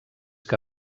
que